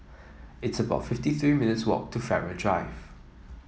it's about fifty three minutes' walk to Farrer Drive